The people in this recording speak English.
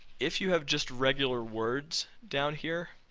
if you have just regular words down here,